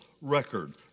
record